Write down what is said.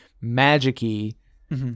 magic-y